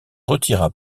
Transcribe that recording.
retira